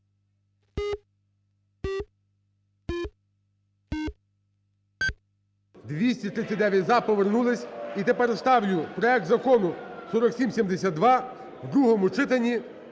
За-239 Повернулись. І тепер ставлю проект Закону 4772 в другому читанні